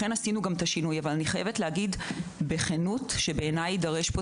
אני חייבת להגיד בכנות שבעיני יידרש פה